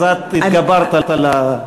אז את התגברת על התקלה.